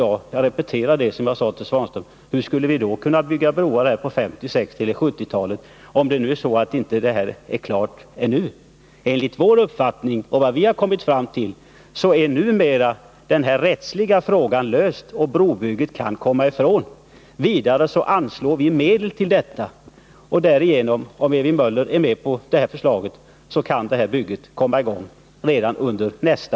Jag repeterar vad jag sade till Ivan Svanström: Huri all sin dar skulle vi ha kunnat bygga broar på 1950-, 1960 eller 1970-talen, om vattendomen inte är klar ännu? Vi har kommit fram till att denna rättsliga fråga numera är löst. Brobygget kan därför komma i gång, om vi anslår medel för detta. Om Ewy Nr 52 Möller är med på detta förslag, kan bygget komma i gång redan under nästa